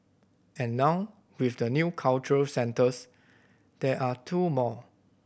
and now with the new cultural centres there are two more